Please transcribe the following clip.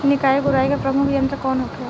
निकाई गुराई के प्रमुख यंत्र कौन होखे?